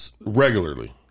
Regularly